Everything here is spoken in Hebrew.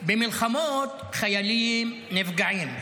במלחמות חיילים נפגעים,